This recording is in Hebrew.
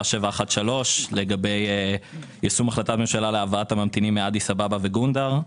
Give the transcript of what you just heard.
713 לגבי יישום החלטת ממשלה להבאת הממתינים מאדיס אבבה וגונדר,